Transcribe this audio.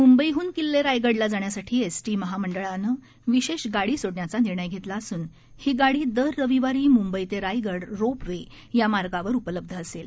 मंबईहन किल्लेरायगडलाजाण्यासाठीएसटीमहामंडळाचनं विशेष गाडी सोडण्याचा निर्णय केला असून ही गाडी दररविवारीमंबईतेरायगडरोपवेया मार्गावर उपलब्ध असले